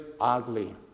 ugly